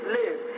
live